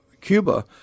Cuba